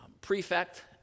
prefect